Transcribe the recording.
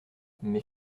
mais